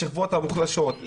השכבות המוחלשות,